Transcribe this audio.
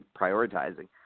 prioritizing